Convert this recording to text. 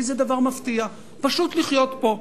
איזה דבר מפתיע, פשוט לחיות פה.